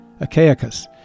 Achaicus